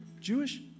Jewish